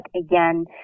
again